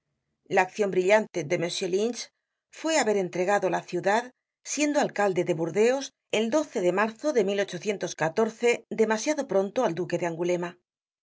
la accion brillante de m lynch fue haber entregado la ciudad siendo alcalde de burdeos el de marzo de demasiado pronto al duque de angulema